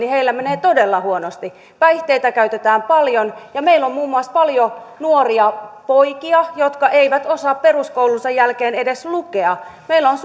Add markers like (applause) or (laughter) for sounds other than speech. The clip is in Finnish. menee todella huonosti päihteitä käytetään paljon ja meillä on muun muassa paljon nuoria poikia jotka eivät osaa peruskoulunsa jälkeen edes lukea meillä on (unintelligible)